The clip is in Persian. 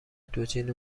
دوجین